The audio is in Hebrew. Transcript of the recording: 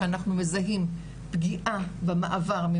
שאנחנו מזהים פגיעה במעבר,